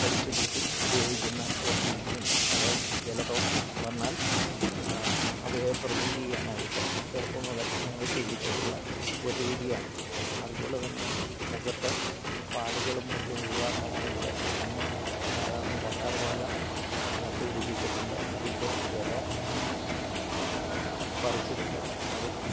കടിച്ചുകൂട്ടി ഉപയോഗിക്കിന്ന ഒരു രീതിയുണ്ട് അത് ജലദോഷം വന്നാൽ അവയെ പ്രിവെൻറ്റിയ്യാനായിട്ട് ചെറുപ്പം മുതൽ ഞങ്ങൾ ശീലിച്ചിട്ടുള്ള ഒരു രീതിയാണ് അതുപോലെതന്നെ മുഖത്തെ പാടുകളും മറ്റും ഒഴിവാക്കാനായിട്ട് അമ്മ ധാരാളം കറ്റാർവാഴ നട്ടുപടിപ്പിച്ചിട്ടുണ്ട് അതിൻ്റെ ഇല പറിച്ചെടുത്ത് അതില്